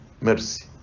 mercy